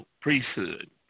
priesthood